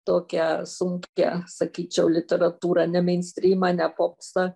tokią sunkią sakyčiau literatūrą ne meinstrymą ne popsą